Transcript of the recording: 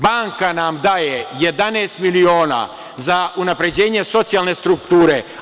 Banka nam daje 11 miliona za unapređenje socijalne strukture.